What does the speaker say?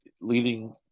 leading